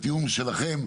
בתיאום שלכם,